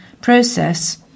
process